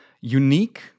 unique